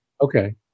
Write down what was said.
Okay